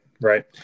right